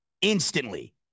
instantly